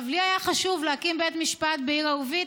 לי היה חשוב להקים בית משפט בעיר ערבית,